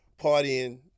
partying